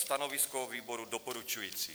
Stanovisko výboru doporučující.